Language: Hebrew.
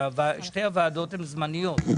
ושתי הוועדות הן זמניות.